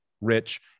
rich